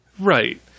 Right